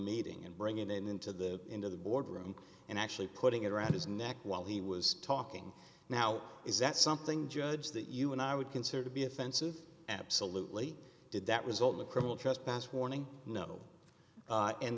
meeting and bringing him into the into the boardroom and actually putting it around his neck while he was talking now is that something judge that you and i would consider to be offensive absolutely did that result in a criminal trespass warning no a